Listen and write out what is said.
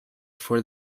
for